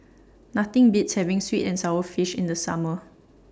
Nothing Beats having Sweet and Sour Fish in The Summer